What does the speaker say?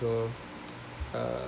so uh